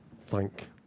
Thank